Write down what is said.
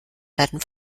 werden